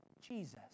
Jesus